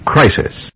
Crisis